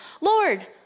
Lord